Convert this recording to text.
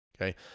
Okay